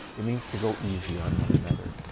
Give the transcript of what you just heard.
it means to go easy on one another.